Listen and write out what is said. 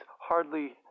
hardly